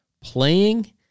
playing